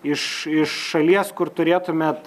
iš iš šalies kur turėtumėt